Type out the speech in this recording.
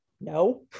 no